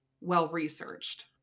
well-researched